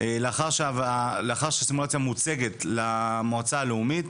לאחר שהסימולציה מוצגת למועצה הלאומית